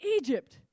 egypt